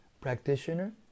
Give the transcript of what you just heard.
practitioner